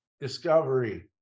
Discovery